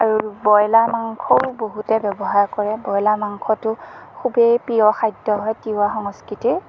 আৰু ব্ৰইলাৰ মাংসও বহুতে ব্যৱহাৰ কৰে ব্ৰইলাৰ মাংসটো খুবেই প্ৰিয় খাদ্য হয় তিৱা সংস্কৃতিৰ